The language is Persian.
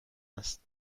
است